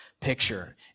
picture